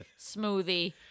smoothie